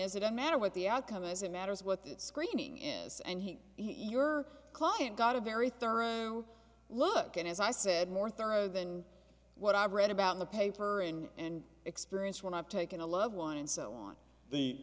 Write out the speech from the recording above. is it didn't matter what the outcome is it matters what the screening is and he your client got a very thorough look and as i said more thorough than what i've read about in the paper and and experience when i've taken a loved one and so on the